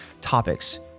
topics